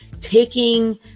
taking